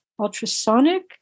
ultrasonic